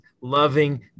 loving